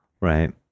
Right